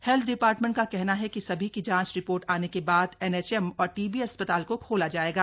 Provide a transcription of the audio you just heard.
health department का कहना है कि सभी की जांच रिपोर्ट आने के बाद एनएचएम और टीबी अस्पताल को खोला जाएगा